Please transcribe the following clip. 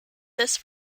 this